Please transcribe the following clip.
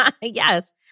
Yes